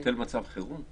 לבטל מצב חירום?